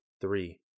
three